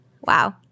Wow